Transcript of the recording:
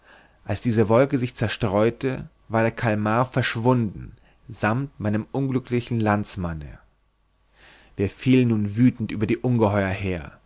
als diese wolke sich zerstreute war der kalmar verschwunden sammt meinem unglücklichen landsmanne wie fielen wir nun wüthend über die ungeheuer her